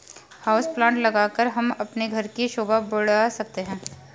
house plant लगाकर हम अपने घर की शोभा बढ़ा सकते हैं